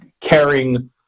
caring